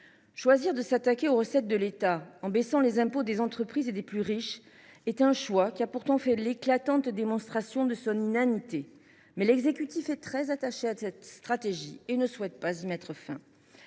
Choisir de s’attaquer aux recettes de l’État en baissant les impôts des entreprises et des plus riches est un choix qui a pourtant fait l’éclatante démonstration de son inanité. Mais l’exécutif est très attaché à cette stratégie et ne souhaite pas y mettre un